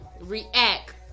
react